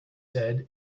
said